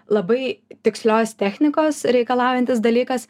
labai tikslios technikos reikalaujantis dalykas